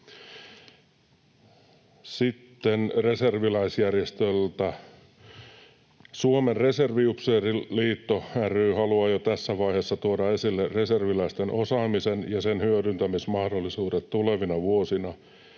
Sitten reserviläisjärjestöistä. ”Suomen Reserviupseeriliitto ry haluaa jo tässä vaiheessa tuoda esille reserviläisten osaamisen ja sen hyödyntämismahdollisuudet tulevina vuosina,